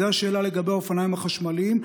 זו השאלה לגבי האופניים החשמליים.